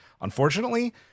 unfortunately